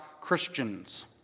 Christians